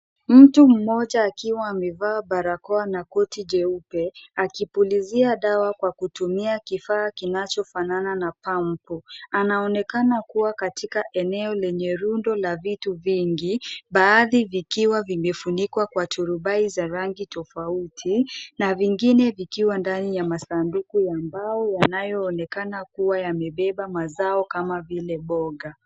Mtu mmoja akiwa amevaa barakoa na koti jeupe, akipulizia dawa kwa kutumia kifaa kinachofanana na pampu. Anaonekana kuwa katika eneo lenye rundo la vitu vingi, baadhi vikiwa vimefunikwa kwa turubai za rangi tofauti na vingine vikiwa ndani ya masanduku ya mbao yanayoonekana kuwa yamebeba mazao kama vile boga.